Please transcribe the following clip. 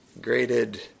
graded